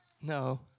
No